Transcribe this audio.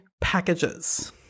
packages